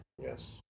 Yes